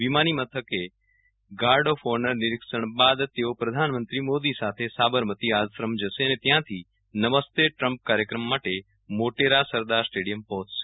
વિમાનમથકે guard of honour નિરીક્ષણ બાદ તેઓ પ્રધાનમંત્રી મોદી સાથે સાબરમતિ આશ્રમ જશે અને ત્યાંથી નમસ્તે ટ્રમ્પ કાર્યક્રમ માટે મોટેરા સરદાર સ્ટેડિયમ પહોંચશે